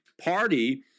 party